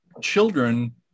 children